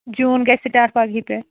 جوٗن گژھِ سِٹاٹ پَگہٕے پیٚٹھ